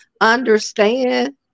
understand